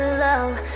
love